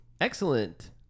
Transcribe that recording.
Excellent